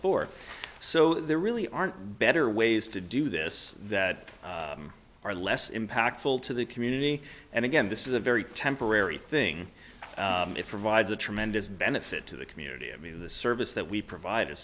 for so there really aren't better ways to do this that are less impactful to the community and again this is a very temporary thing it provides a tremendous benefit to the community i mean the service that we provide